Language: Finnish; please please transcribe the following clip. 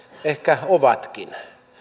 ehkä ovatkin